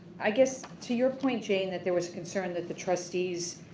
i guess to your point, jane, that there was concern that the trustees,